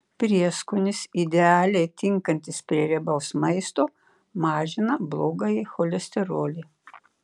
prieskonis idealiai tinkantis prie riebaus maisto mažina blogąjį cholesterolį